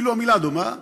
אפילו המילה דומה: